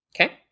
Okay